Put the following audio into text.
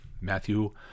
Matthew